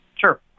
Sure